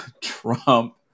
Trump